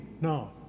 No